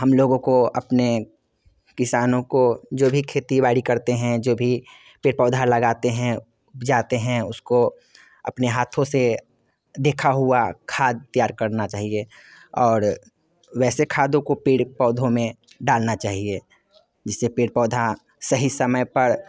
हम लोगों को अपने किसानों को जो भी खेती बाड़ी करते हैं जो भी पेड़ पौधे लगाते हैं उपजाते हैं उसको अपने हाथों से देखा हुआ खाद तैयार करना चाहिए और वैसे खादों को पेड़ पौधों में डालना चाहिए जिससे पेड़ पौधे सही समय पर